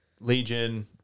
Legion